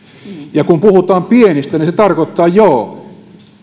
ja kun puhutaan pienistä niin se tarkoittaa joo että